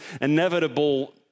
inevitable